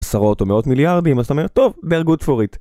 עשרות או מאות מיליארדים, אז אתה אומר, טוב, bear good for it.